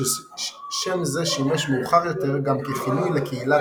שם זה שימש מאוחר יותר גם ככינוי לקהילת